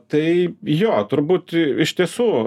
tai jo turbūt iš tiesų